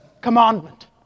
commandment